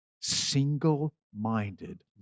single-minded